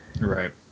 Right